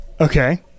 Okay